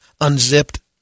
Unzipped